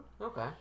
Okay